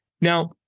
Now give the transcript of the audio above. Now